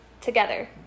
together